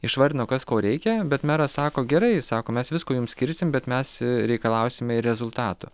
išvardino kas ko reikia bet meras sako gerai sako mes visko jum skirsim bet mes reikalausime ir rezultatų